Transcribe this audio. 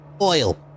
oil